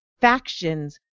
Factions